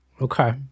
Okay